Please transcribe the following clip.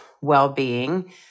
well-being